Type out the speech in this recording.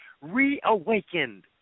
reawakened